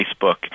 Facebook